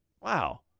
wow